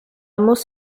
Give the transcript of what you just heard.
muss